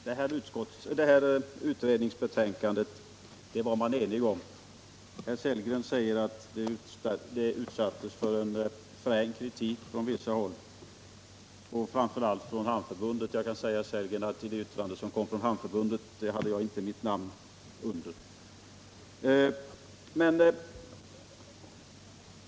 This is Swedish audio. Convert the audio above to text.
Herr talman! Utredningen var enig om sitt förslag. Herr Sellgren säger att det utsattes för en frän kritik från vissa håll, framför allt från Hamnförbundet. Jag vill påpeka för herr Sellgren att mitt namn inte stod under Hamnförbundets yttrande.